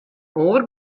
oar